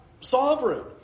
sovereign